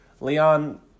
Leon